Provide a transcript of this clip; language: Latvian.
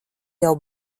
jau